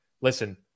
Listen